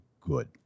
good